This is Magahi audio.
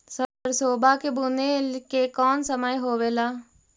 सरसोबा के बुने के कौन समय होबे ला?